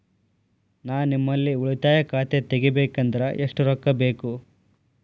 ನಾ ನಿಮ್ಮಲ್ಲಿ ಉಳಿತಾಯ ಖಾತೆ ತೆಗಿಬೇಕಂದ್ರ ಎಷ್ಟು ರೊಕ್ಕ ಬೇಕು?